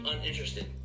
uninterested